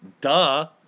Duh